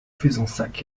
fezensac